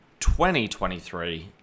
2023